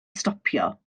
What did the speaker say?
stopio